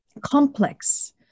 complex